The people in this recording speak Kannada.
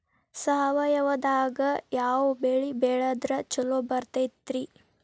ಸಾವಯವದಾಗಾ ಯಾವ ಬೆಳಿ ಬೆಳದ್ರ ಛಲೋ ಬರ್ತೈತ್ರಿ?